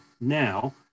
now